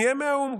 נהיה מאו"ם,